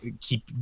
keep